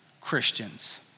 Christians